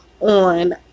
on